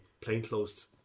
plainclothes